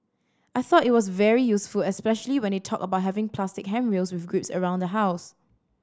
I thought it was very useful especially when they talked about having plastic handrails with grips around the house